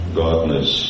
godness